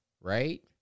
right